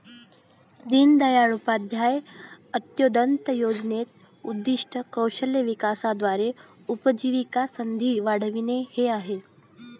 दीनदयाळ उपाध्याय अंत्योदय योजनेचे उद्दीष्ट कौशल्य विकासाद्वारे उपजीविकेच्या संधी वाढविणे हे आहे